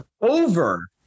over